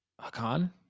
Hakan